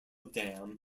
dam